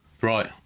Right